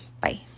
Bye